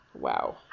Wow